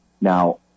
Now